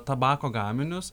tabako gaminius